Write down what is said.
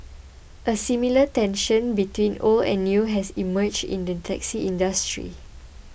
a similar tension between old and new has emerged in the taxi industry